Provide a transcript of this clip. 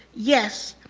yes,